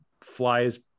flies